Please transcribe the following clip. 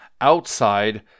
outside